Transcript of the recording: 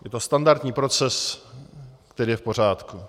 Je to standardní proces, který je v pořádku.